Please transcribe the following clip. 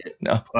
No